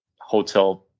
hotel